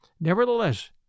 Nevertheless